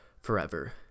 forever